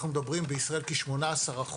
אנחנו מדברים בישראל כ-18%,